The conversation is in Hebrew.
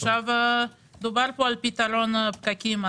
דובר על פתרון לפקקים.